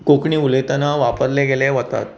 कोंकणी उलयतना वापरले गेले वतात